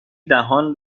دهان